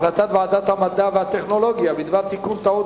החלטת ועדת המדע והטכנולוגיה בדבר תיקון טעות